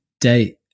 date